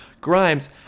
Grimes